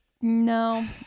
No